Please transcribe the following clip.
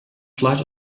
flight